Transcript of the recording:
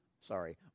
sorry